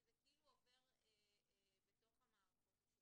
כי זה כאילו עובר בתוך המערכות השונות,